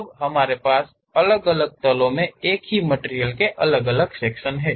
अब हमारे पास अलग अलग तलो में एक ही मटिरियल के कई सेक्शन हैं